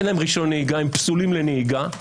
אין להם רשיון נהיגה, פסולים לנהיגה,